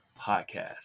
podcast